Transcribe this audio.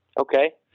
Okay